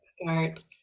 start